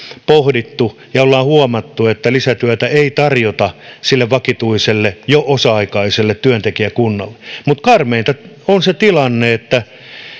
pohdittu ja ollaan huomattu että lisätyötä ei tarjota sille vakituiselle jo osa aikaiselle työntekijäkunnalle mutta karmeinta on se tilanne että